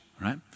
right